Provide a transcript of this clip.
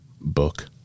book